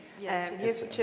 Yes